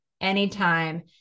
Anytime